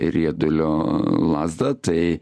riedulio lazdą tai